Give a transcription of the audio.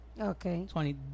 okay